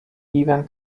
ivan